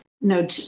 no